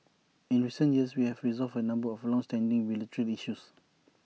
in recent years we have resolved A number of longstanding bilateral issues